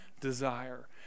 desire